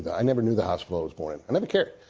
i never knew the hospital i was born in. i never cared.